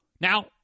Now